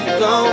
go